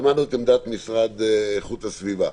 שמענו את העמדה של המשרד לאיכות הסביבה.